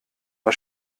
war